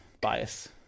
bias